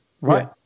Right